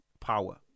power